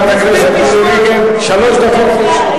חברת הכנסת מירי רגב, שלוש דקות לרשותך.